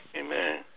Amen